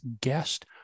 guest